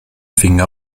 finger